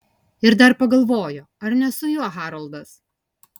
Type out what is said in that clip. ir dar pagalvojo ar ne su juo haroldas